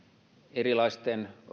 erilaisten